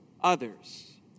others